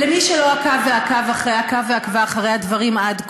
למי שלא עקב ועקבה אחרי הדברים עד כה,